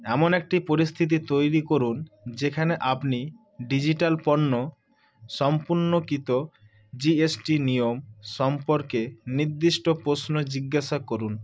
এমন একটি পরিস্থিতি তৈরি করুন যেখানে আপনি ডিজিটাল পণ্য সম্পর্কিত জি এস টি নিয়ম সম্পর্কে নির্দিষ্ট প্রশ্ন জিজ্ঞাসা করুন